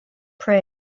pray